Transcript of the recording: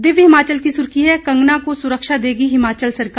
दिव्य हिमाचल की सुर्खी है कंगना को सुरक्षा देगी हिमाचल सरकार